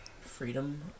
Freedom